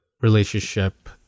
relationship